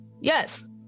yes